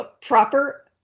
proper